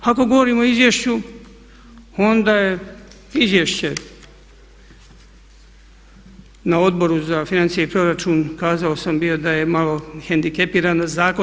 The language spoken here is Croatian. Ako govorimo o izvješću onda je izvješće na Odboru za financije i proračun kazao sam bio da je malo hendikepiran zakon.